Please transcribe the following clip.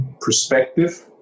perspective